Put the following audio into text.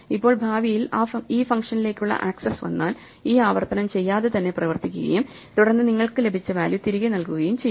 ഇപ്പോൾ ഭാവിയിൽ ഈ ഫംഗ്ഷനിലേക്കുള്ള ആക്സസ് വന്നാൽ ഈ ആവർത്തനം ചെയ്യാതെ തന്നെ പ്രവർത്തിക്കുകയും തുടർന്ന് നിങ്ങൾക്ക് ലഭിച്ച വാല്യൂ തിരികെ നൽകുകയും ചെയ്യും